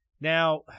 Now